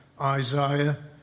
Isaiah